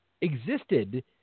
existed